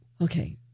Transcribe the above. Okay